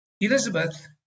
Elizabeth